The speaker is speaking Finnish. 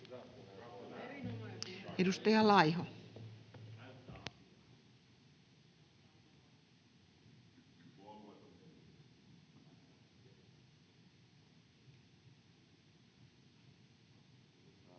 Edustaja Laiho. Arvoisa